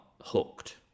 hooked